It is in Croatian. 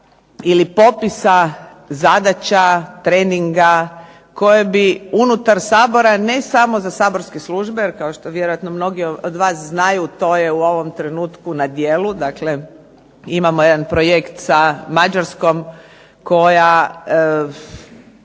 ili popisa zadaća, treninga, koje bi unutar Sabora ne samo za saborske službe, jer kao što vjerojatno mnogi od vas znaju to je u ovom trenutku na djelu, dakle imamo jedan projekt sa Mađarskom koja